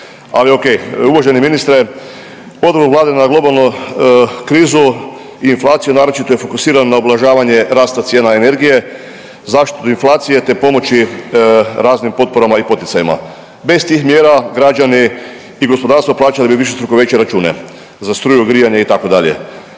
ali okej. Uvaženi ministre, pogled Vlade na globalnu krizu i inflaciju naročito je fokusiran na ublažavanje rasta cijena energije, zaštitu inflacije, te pomoći raznim potporama i poticajima, bez tih mjera građani i gospodarstvo plaćali bi višestruko veće račune za struju, grijanje itd..